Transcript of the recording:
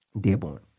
Dearborn